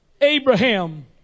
Abraham